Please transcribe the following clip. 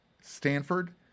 Stanford